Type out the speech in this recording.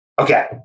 Okay